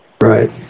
Right